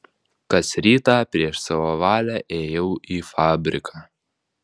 kas rytą prieš savo valią ėjau į fabriką